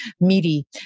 meaty